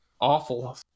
awful